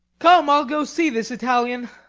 come, i'll go see this italian.